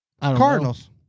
Cardinals